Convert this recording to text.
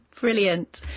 brilliant